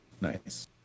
Nice